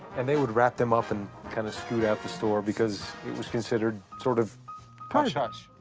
and they would wrap them up and kind of scoot out the store because it was considered sort of hush-hush.